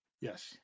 Yes